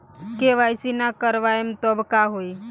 KYC ना करवाएम तब का होई?